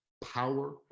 power